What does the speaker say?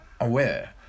aware